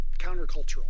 countercultural